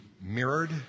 mirrored